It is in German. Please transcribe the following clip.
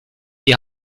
die